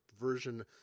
version